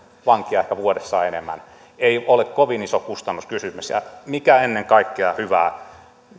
vankia vuodessa enemmän ei ole kovin iso kustannuskysymys ja mikä ennen kaikkea hyvää